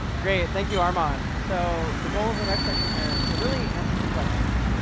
great. thank you, armon. so the goal of the next section here is to really answer two questions.